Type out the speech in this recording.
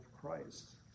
Christ